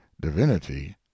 divinity